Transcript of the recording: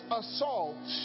assault